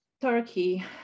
Turkey